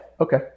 okay